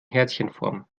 herzchenform